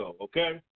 okay